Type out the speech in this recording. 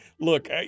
look